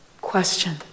Question